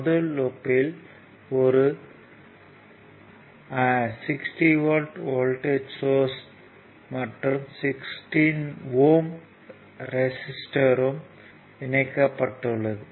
முதல் லூப்யில் ஒரு 60 V வோல்ட்டேஜ் சோர்ஸ் மற்றும் 16 ஓம் ரெசிஸ்டர்யும் இணைக்கப்பட்டுள்ளது